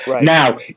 Now